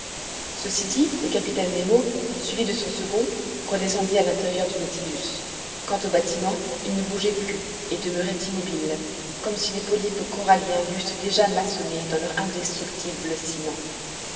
ceci dit le capitaine nemo suivi de son second redescendit à l'intérieur du nautilus quant au bâtiment il ne bougeait plus et demeurait immobile comme si les polypes coralliens l'eussent déjà maçonné dans leur indestructible ciment